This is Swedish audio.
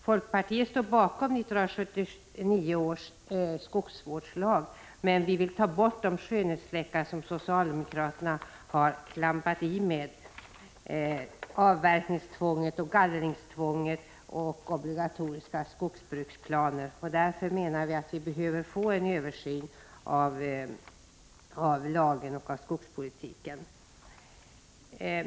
Folkpartiet står bakom 1979 års skogsvårdslag, men vi vill ta bort de skönhetsfläckar som socialdemokraterna har klampat i med i form av avverkningstvång, gallringstvång och obligatoriska skogsbruksplaner. Därför anser vi att det behövs en översyn av lagen och skogspolitiken.